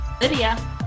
Lydia